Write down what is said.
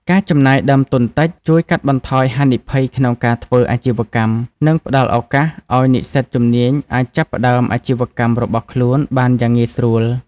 ការចំណាយដើមទុនតិចជួយកាត់បន្ថយហានិភ័យក្នុងការធ្វើអាជីវកម្ម និងផ្តល់ឱកាសឱ្យនិស្សិតជំនាញអាចចាប់ផ្តើមអាជីវកម្មរបស់ខ្លួនបានយ៉ាងងាយស្រួល។